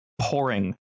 pouring